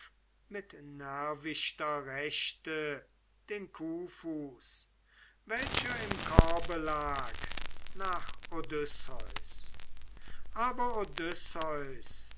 mit nervichter rechter den kuhfuß welcher im korbe lag nach odysseus aber